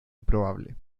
improbable